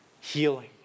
healing